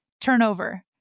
turnover